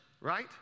right